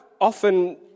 often